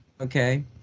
okay